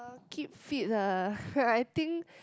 oh keep fit lah I think